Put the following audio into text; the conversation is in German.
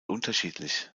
unterschiedlich